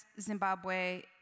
Zimbabwe